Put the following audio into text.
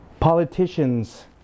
Politicians